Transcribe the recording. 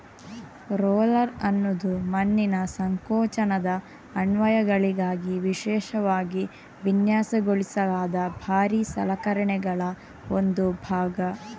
roller ಅನ್ನುದು ಮಣ್ಣಿನ ಸಂಕೋಚನದ ಅನ್ವಯಗಳಿಗಾಗಿ ವಿಶೇಷವಾಗಿ ವಿನ್ಯಾಸಗೊಳಿಸಲಾದ ಭಾರೀ ಸಲಕರಣೆಗಳ ಒಂದು ಭಾಗ